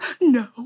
No